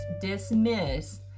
dismiss